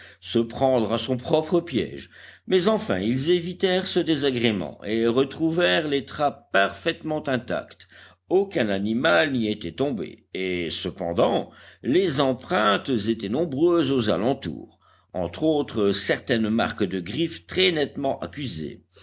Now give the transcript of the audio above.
se prendre à son propre piège mais enfin ils évitèrent ce désagrément et retrouvèrent les trappes parfaitement intactes aucun animal n'y était tombé et cependant les empreintes étaient nombreuses aux alentours entre autres certaines marques de griffes très nettement accusées